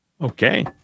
Okay